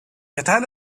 erteile